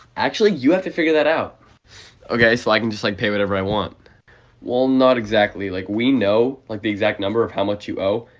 actually, you have to figure that out ok, so i can just, like, pay whatever i want well, not exactly. like, we know, like, the exact number of how much you owe,